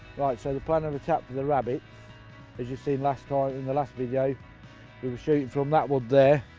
right, so the plan of attack for the rabbit as you've seen last time in the last video we were shooting from that wood there,